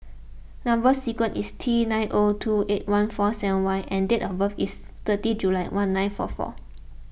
Number Sequence is T nine O two eight one four seven Y and date of birth is thirty July one nine four four